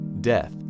death